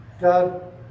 God